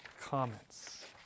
comments